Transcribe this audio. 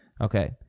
Okay